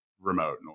remote